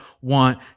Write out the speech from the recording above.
want